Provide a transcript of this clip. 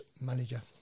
Manager